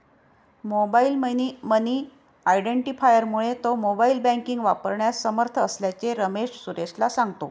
mobile money आयडेंटिफायरमुळे तो mobile banking वापरण्यास समर्थ असल्याचे रमेश सुरेशला सांगतो